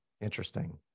Interesting